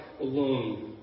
alone